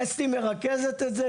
אסתי מרכזת את זה.